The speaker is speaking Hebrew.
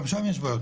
גם שם יש בעיות,